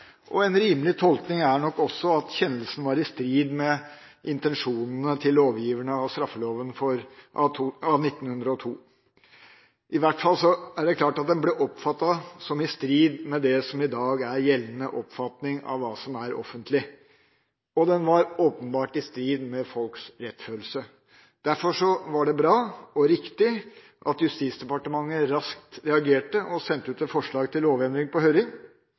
og en rimelig tolkning er nok også at kjennelsen var i strid med intensjonene til lovgiverne av straffeloven av 1902. I hvert fall er det klart at den ble oppfattet som i strid med det som i dag er gjeldende oppfatning av hva som er offentlig, og den var åpenbart i strid med folks rettsfølelse. Derfor var det bra og riktig at Justisdepartementet raskt reagerte og sendte et forslag til lovendring ut på høring.